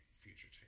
future